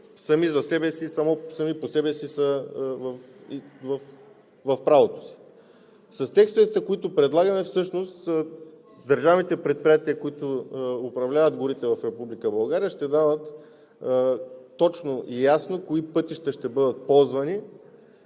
и двете страни сами по себе си са в правото си. С текстовете, които предлагаме, всъщност държавните предприятия, които управляват горите в Република България, ще дават точно и ясно кои пътища ще бъдат ползвани